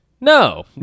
No